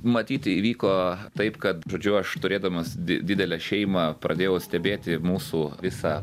matyt įvyko taip kad žodžiu aš turėdamas di didelę šeimą pradėjau stebėti mūsų visą